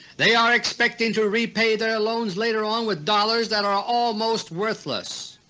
they are expecting to repay their loans later on with dollars that are almost worthless.